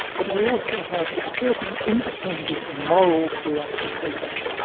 but we also have a certain independent moral preoccupation,